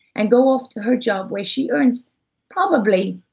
and go off to her job where she earns probably